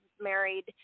married